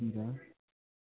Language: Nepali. हुन्छ